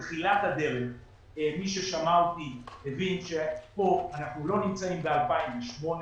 בתחילת הדרך מי ששמע אותי הבין שכאן אנחנו לא נמצאים ב-2008.